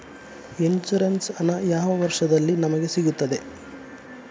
Insurance ಹಣ ಯಾವ ವರ್ಷದಲ್ಲಿ ನಮಗೆ ಸಿಗುತ್ತದೆ?